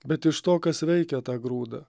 bet iš to kas veikia tą grūdą